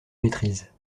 maîtrise